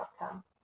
outcome